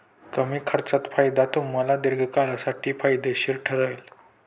कमी खर्चात फायदा तुम्हाला दीर्घकाळासाठी फायदेशीर ठरेल